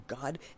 God